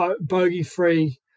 bogey-free